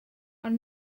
ond